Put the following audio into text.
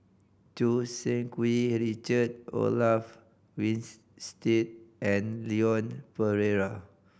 Choo Seng Quee and Richard Olaf and Leon Perera